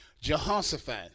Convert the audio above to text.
Jehoshaphat